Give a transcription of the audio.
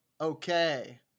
Okay